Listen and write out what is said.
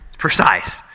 precise